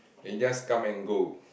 they just come and go